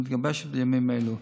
מה שנקרא, שמתגבשת בימים אלו.